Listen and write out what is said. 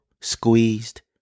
Squeezed